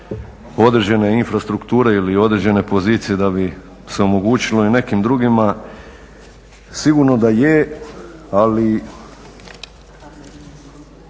određene infrastrukture ili određene pozicije da bi se omogućilo i nekim drugima? Sigurno da je, ali